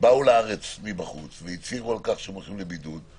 שבאו לארץ מבחוץ, והצהירו שהולכים לבידוד,